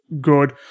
good